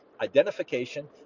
identification